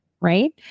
right